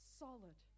solid